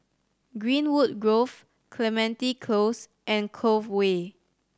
Greenwood Grove Clementi Close and Cove Way